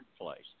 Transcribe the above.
place